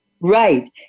right